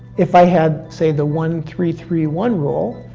if i had, say, the one, three, three, one rule,